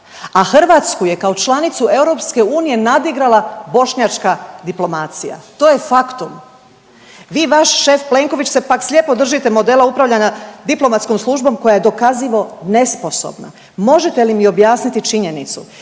a Hrvatsku je kao članicu EU nadigrala bošnjačka diplomacija. To je faktum. Vi i vaš šef Plenković se pak slijepo držite modela upravljanja diplomatskom službom koja je dokazivo nesposobna. Možete li mi objasniti činjenicu